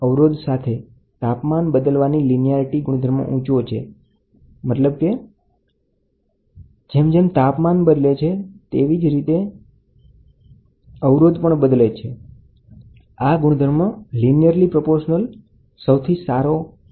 અવરોધ સાથે તાપમાન બદલવાની લીનિઆરીટીનો ગુણધર્મ ઉચો છે